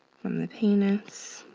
from the penis